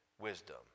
wisdom